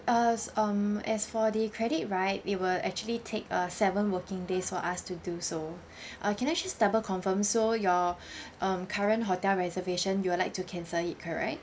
as um as for the credit right it will actually take a seven working days for us to do so uh can I just double confirm so your um current hotel reservation you would like to cancel it correct